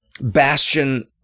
Bastion